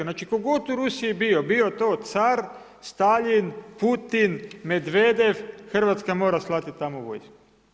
Znači, tko god u Rusiji bio, bio to car, Staljin, Putin, Medvedev, Hrvatska mora slati tamo vojsku.